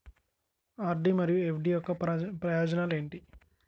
RD మరియు FD యొక్క ప్రయోజనాలు ఏంటి?